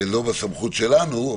זה לא בסמכות שלנו,